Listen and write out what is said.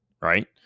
right